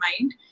mind